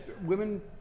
women